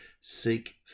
Seek